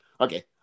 Okay